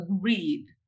agreed